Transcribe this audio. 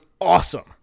awesome